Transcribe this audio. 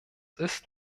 ist